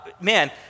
man